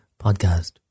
podcast